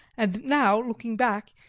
and now looking back,